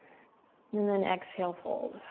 and then exhale, fold.